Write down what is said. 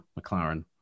McLaren